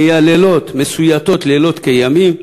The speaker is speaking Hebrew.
מייללות מסויטות לילות כימים.